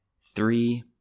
three